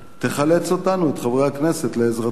תחלץ אותנו, את חברי הכנסת, לעזרתכם,